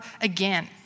again